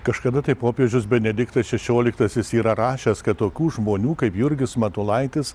kažkada tai popiežius benediktas šešioliktasis yra rašęs kad tokių žmonių kaip jurgis matulaitis